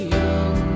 young